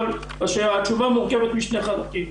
אבל התשובה מורכבת משני חלקים.